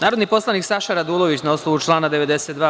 Narodni poslanik Saša Radulović, na osnovu člana 92.